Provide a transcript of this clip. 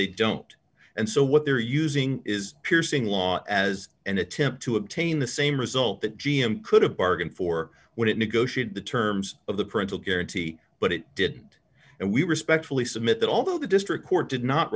they don't and so what they're using is piercing law as an attempt to obtain the same result that g m could have bargained for when it negotiate the terms of the parental guarantee but it didn't and we respectfully submit that although the district court did not